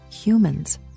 humans